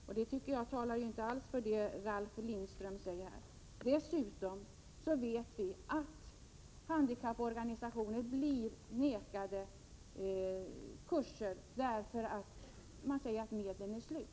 Detta tycker jag inte alls talar för det som Ralf Lindström säger här. Dessutom vet vi att handikapporganisationer vägras kurser med motiveringen att medlen är slut.